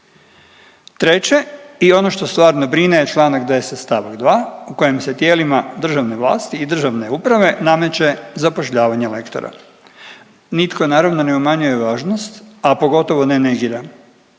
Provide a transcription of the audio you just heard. Treće i ono što stvarno brine je Članak 10. stavak 2. u kojem se tijelima državne vlasti i državne uprave nameće zapošljavanje lektora. Nitko naravno ne umanjuje važnost, a pogotovo ne negira